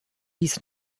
dies